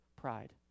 pride